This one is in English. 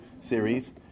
series